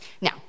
now